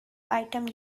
item